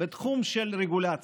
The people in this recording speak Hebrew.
בתחום של רגולציה.